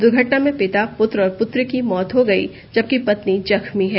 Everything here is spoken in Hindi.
दुर्घटना में पिता पुत्र और पुत्री की मौत हो गई जबकि पत्नी जख्मी है